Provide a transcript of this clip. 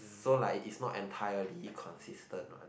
so like its not entirely consistent one